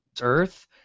earth